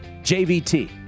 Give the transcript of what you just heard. JVT